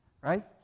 right